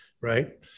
right